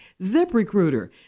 ZipRecruiter